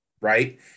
Right